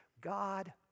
God